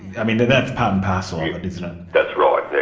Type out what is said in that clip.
i mean that's part and parcel that's right,